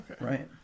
right